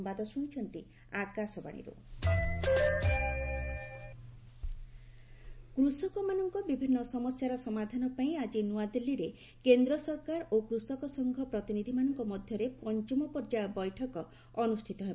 farmer talk କୃଷକମାନଙ୍କ ବିଭିନ୍ନ ସମସ୍ୟାର ସମାଧାନ ପାଇଁ ଆଜି ନୂଆଦିଲ୍ଲୀରେ କେନ୍ଦ୍ର ସରକାର ଓ କୃଷକ ସଂଘ ପ୍ରତିନିଧିମାନଙ୍କ ମଧ୍ୟରେ ପଞ୍ଚମ ପର୍ଯ୍ୟାୟ ବୈଠକ ଅନୁଷ୍ଠିତ ହେବ